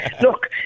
look